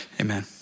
amen